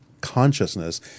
consciousness